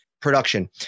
production